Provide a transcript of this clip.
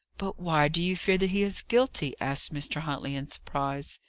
but why do you fear that he is guilty? asked mr. huntley, in surprise.